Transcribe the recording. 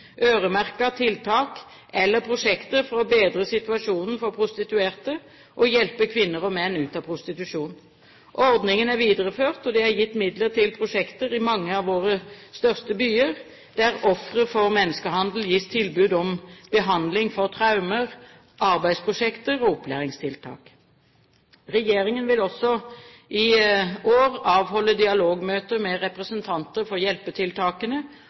tiltak eller prosjekter for å bedre situasjonen for prostituerte og å hjelpe kvinner og menn ut av prostitusjon. Ordningen er videreført, og det er gitt midler til prosjekter i mange av våre største byer, der ofre for menneskehandel gis tilbud om behandling for traumer, det er tilbud om arbeidsprosjekter og opplæringstiltak. Regjeringen vil også i år avholde dialogmøter med representanter for hjelpetiltakene